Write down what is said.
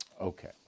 Okay